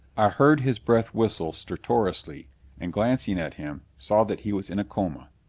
i heard his breath whistle stertorously and, glancing at him, saw that he was in a coma.